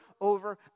over